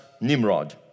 Nimrod